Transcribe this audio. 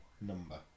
number